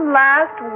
last